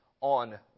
on